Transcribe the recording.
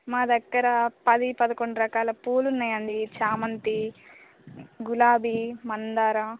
మా దగ్గర పది పదకొండు రకాల పూలు ఉన్నాయండి చామంతి గులాబీ మందార